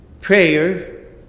Prayer